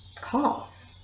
calls